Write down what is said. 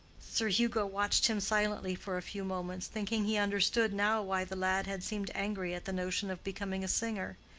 sir hugo watched him silently for a few moments, thinking he understood now why the lad had seemed angry at the notion of becoming a singer.